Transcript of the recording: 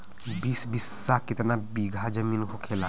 बीस बिस्सा में कितना बिघा जमीन होखेला?